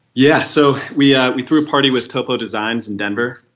yeah. so we yeah we threw a party with topo designs in denver